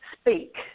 speak